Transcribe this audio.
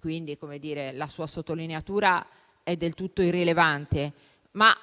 quindi la sua sottolineatura è del tutto irrilevante; la